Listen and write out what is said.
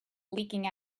leaking